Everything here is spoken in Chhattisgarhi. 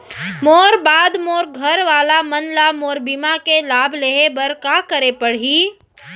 मोर बाद मोर घर वाला मन ला मोर बीमा के लाभ लेहे बर का करे पड़ही?